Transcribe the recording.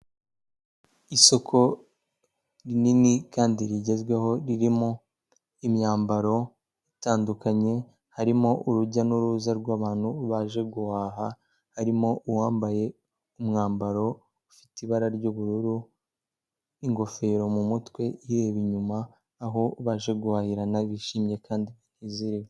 Isoko rinini kandi rigezweho ririmo imyambaro itandukanye, harimo urujya n'uruza rw'abantu baje guhaha, harimo uwambaye umwambaro ufite ibara ry'ubururu, ingofero mu mutwe ireba inyuma, aho baje guhahirana bishimye kandi banezerewe.